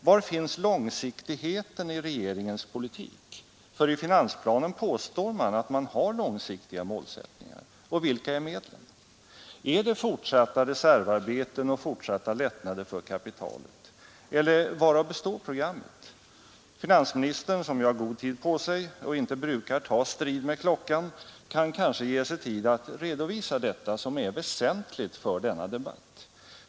Var finns långsiktigheten i regeringens politik — för i finansplanen påstår man att man har långsiktiga målsättningar? Och vilka är medlen? Är det fortsatta reservarbeten och fortsatta lättnader för kapitalet? Eller varav består programmet? Finansministern, som ju har god tid på sig och inte brukar ta strid med klockan, kan kanske ge sig tid att redovisa detta, som är väsentligt för denna debatt.